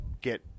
get